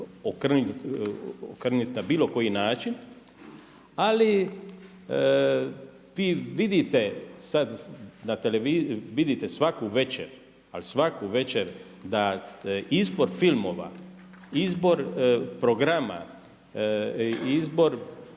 sad na televiziji, vidite svaku večer, da izbor filmova, izbor programa, izbor